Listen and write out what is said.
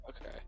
Okay